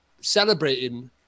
celebrating